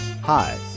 Hi